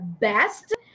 best